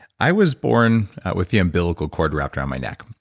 i was born with the umbilical cord wrapped around my neck.